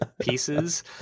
pieces